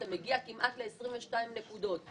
אתה מגיע כמעט ל-22 נקודות.